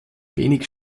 wenig